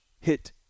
hit